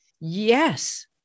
yes